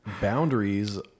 boundaries